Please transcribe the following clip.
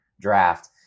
draft